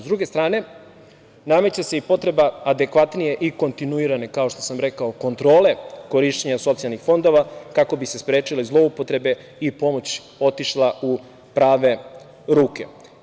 S druge strane, nameće se i potreba adekvatnije i kontinuirane, kao što sam rekao, kontrole korišćenja socijalnih fondova, kako bi se sprečile zloupotrebe i pomoć otišla u prave ruke.